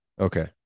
Okay